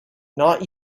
not